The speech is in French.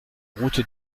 route